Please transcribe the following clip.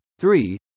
three